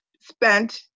spent